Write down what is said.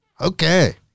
Okay